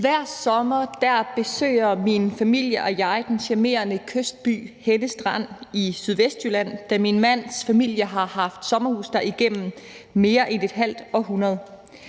Hver sommer besøger min familie og jeg den charmerende kystby Henne Strand i Sydvestjylland, da min mands familie har haft sommerhus der igennem mere end et halvt århundrede.